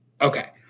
okay